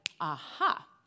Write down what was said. aha